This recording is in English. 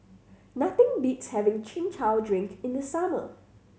nothing beats having Chin Chow drink in the summer